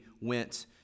went